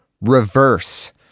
reverse